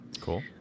Cool